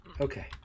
Okay